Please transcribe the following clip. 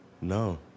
No